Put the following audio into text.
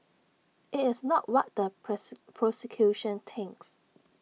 IT is not what the press prosecution thinks